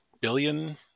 billion